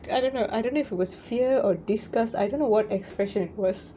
I don't know I don't if it was fear or disgust I don't know what expression it was